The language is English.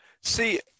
See